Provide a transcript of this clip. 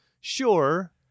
sure